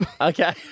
Okay